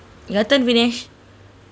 your turn vinesh